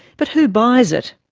but who buys it?